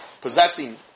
possessing